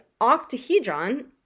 octahedron